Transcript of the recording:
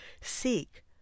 seek